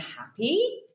happy